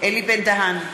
אלי בן-דהן,